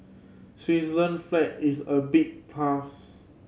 Switzerland flag is a big plus